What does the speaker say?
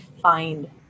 find